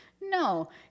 No